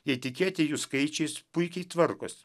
jei tikėti jų skaičiais puikiai tvarkosi